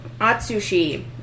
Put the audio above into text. Atsushi